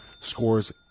scores